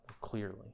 clearly